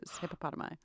Hippopotami